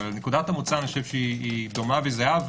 נקודת המצב דומה וזהה,